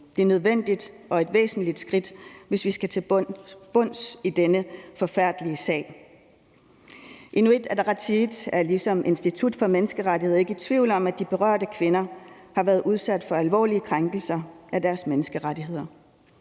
Det er nødvendigt og et væsentligt skridt, hvis vi skal til bunds i denne forfærdelige sag. Inuit Ataqatigiit er ligesom Institut for Menneskerettigheder ikke i tvivl om, at de berørte kvinder har været udsat for alvorlige krænkelser af deres menneskerettigheder.